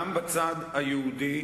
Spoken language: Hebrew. גם בצד היהודי